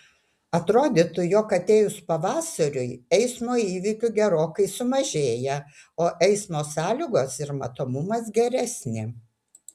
atrodytų jog atėjus pavasariui eismo įvykių gerokai sumažėja o eismo sąlygos ir matomumas geresni